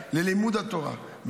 ילדיי ללימוד התורה,